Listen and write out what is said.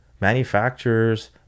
manufacturers